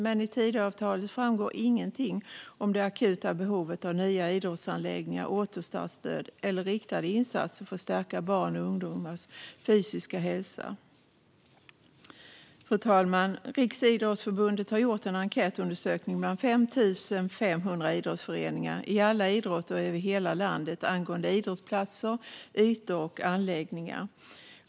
Men i Tidöavtalet framgår ingenting om det akuta behovet av nya idrottsanläggningar, återstartsstöd eller riktade insatser för att stärka barns och ungdomars fysiska hälsa. Fru talman! Riksidrottsförbundet har gjort en enkätundersökning bland 5 500 idrottsföreningar i alla idrotter och över hela landet angående idrottsplatser, ytor och anläggningar.